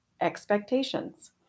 expectations